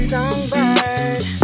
Songbird